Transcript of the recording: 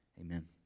Amen